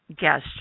guest